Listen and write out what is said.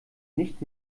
nicht